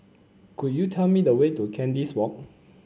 could you tell me the way to Kandis Walk